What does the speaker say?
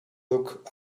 look